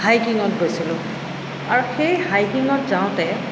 হাইকিংত গৈছিলোঁ আৰু সেই হাইকিংত যাওঁতে